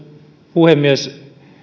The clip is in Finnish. puhemies